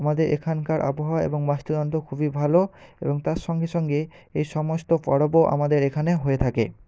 আমাদের এখানকার আবহাওয়া এবং বাস্তুতন্ত্র খুবই ভালো এবং তার সঙ্গে সঙ্গে এই সমস্ত পরবও আমাদের এখানে হয়ে থাকে